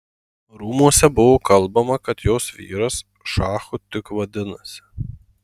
rūmuose buvo kalbama kad jos vyras šachu tik vadinasi